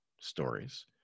stories